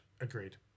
Agreed